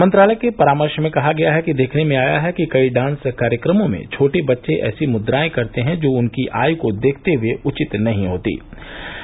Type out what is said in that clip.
मंत्रालय के परामर्श में कहा गया है कि देखने में आया है कि कई डांस कार्यक्रमों में छोटे बच्चे ऐसी मुद्राए करते हैं जो उनकी आय को देखते हए उचित नहीं होतीं